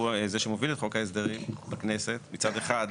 שהוא זה שמוביל את חוק ההסדרים בכנסת מצד אחד.